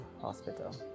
hospital